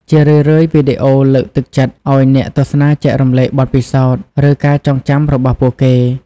ជារឿយៗវីដេអូលើកទឹកចិត្តឱ្យអ្នកទស្សនាចែករំលែកបទពិសោធន៍ ឬការចងចាំរបស់ពួកគេ។